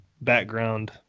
background